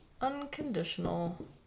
unconditional